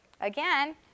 Again